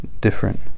different